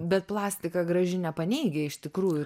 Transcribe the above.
bet plastika graži nepaneigia iš tikrųjų